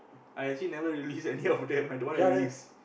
I actually never release any of them I don't want to release